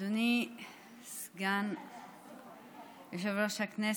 אדוני סגן יושב-ראש הכנסת,